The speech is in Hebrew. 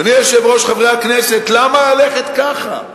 אדוני היושב-ראש, חברי הכנסת, למה ללכת ככה?